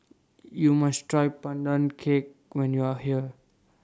YOU must Try Pandan Cake when YOU Are here